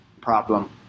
problem